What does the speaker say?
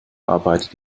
arbeitet